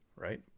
right